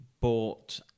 bought